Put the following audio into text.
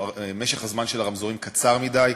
משך הזמן של הרמזורים קצר מדי,